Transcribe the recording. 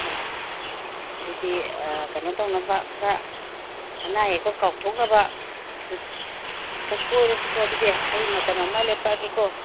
ꯍꯣꯏ ꯑꯗꯨꯗꯤ ꯀꯩꯅꯣ ꯇꯧꯅꯕ ꯈꯔ ꯑꯅꯥ ꯑꯌꯦꯛꯇꯣ ꯀꯥꯎꯊꯣꯛꯅꯕ ꯍꯦꯛꯇ ꯀꯣꯏꯔꯁꯤꯀꯣ ꯑꯗꯨꯗꯤ ꯑꯩ ꯃꯇꯝ ꯑꯃ ꯂꯦꯄꯛꯑꯒꯦꯀꯣ